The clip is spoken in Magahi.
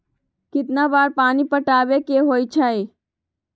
कितना बार पानी पटावे के होई छाई?